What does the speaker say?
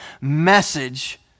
message